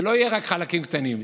ולא רק חלקים קטנים,